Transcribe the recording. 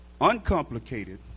uncomplicated